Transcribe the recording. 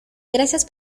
gracias